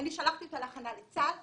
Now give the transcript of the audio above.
שלחתי אותה להכנה לצה"ל,